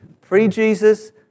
Pre-Jesus